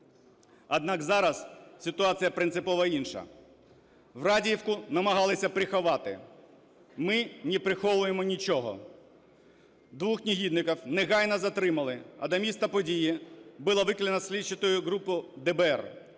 Однак зараз ситуація принципово інша. Врадіївку намагалися приховати. Ми не приховуємо нічого. Двох негідників негайно затримали, а на місце події було викликано слідчу групу ДБР.